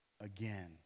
again